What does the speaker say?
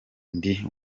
ndi